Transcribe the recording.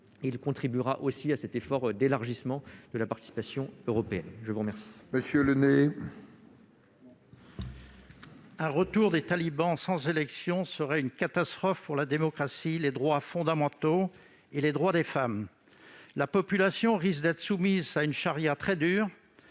contribuera aussi à cet effort d'élargissement de la participation européenne. La parole